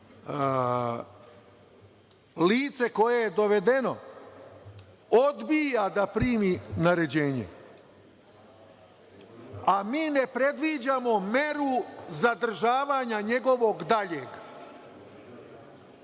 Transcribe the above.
Lice koje je dovedeno odbija da primi naređenje, a mi ne predviđamo meru zadržavanja njegovog daljeg,